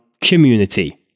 community